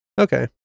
Okay